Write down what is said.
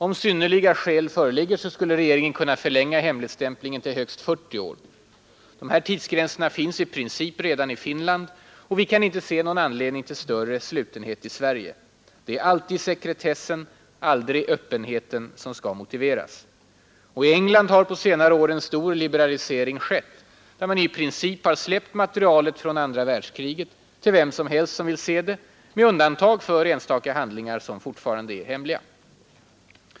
Om ”synnerliga skäl” föreligger skulle regeringen kunna förlänga hemligstämplingen till högst 40 år. De här tidsgränserna finns i princip redan i Finland, och vi kan inte se någon rimlig anledning till större slutenhet i Sverige. ”Det är alltid sekretessen aldrig öppenheten — som skall motiveras.” Och i England har på senare år en stor liberalisering skett. Där har man i princip släppt materialet från andra världskriget till vem som helst som vill se det, med undantag för enstaka handlingar som fortfarande är hemliga.